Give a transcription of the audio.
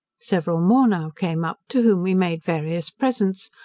several more now came up, to whom, we made various presents,